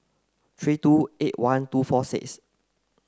three two eight one two four six